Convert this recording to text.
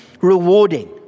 rewarding